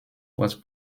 was